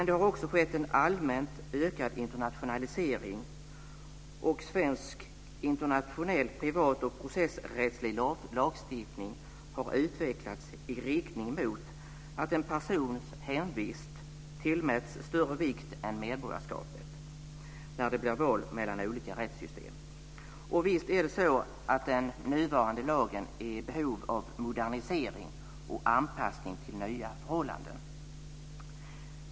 Det har också skett en allmänt ökad internationalisering. Svensk internationell privat och processrättslig lagstiftning har utvecklats i riktning mot att en persons hemvist tillmäts större vikt än medborgarskapet när det blir ett val mellan olika rättssystem. Och visst är det så att den nuvarande lagen är i behov av modernisering och anpassning till nya förhållanden.